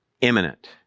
imminent